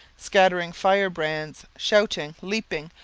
scattering fire-brands, shouting, leaping,